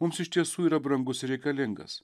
mums iš tiesų yra brangus ir reikalingas